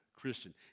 Christian